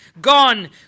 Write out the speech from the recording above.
gone